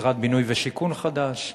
משרד בינוי ושיכון חדש,